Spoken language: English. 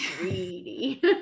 greedy